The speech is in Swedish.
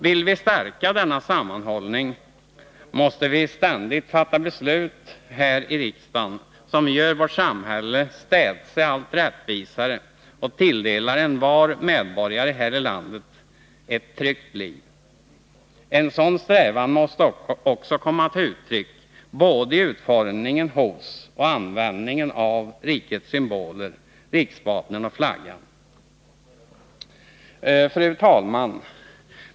Vill vi stärka denna sammanhållning, måste vi ständigt fatta beslut här i riksdagen som städse gör vårt samhälle allt rättvisare och tilldelar envar medborgare här i landet ett tryggt liv. En sådan strävan måste också komma till uttryck både i utformningen och i användningen av rikets symboler, riksvapnen och flaggan. Fru talman!